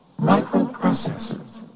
microprocessors